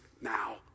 now